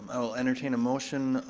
i'll entertain a motion,